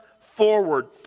forward